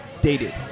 dated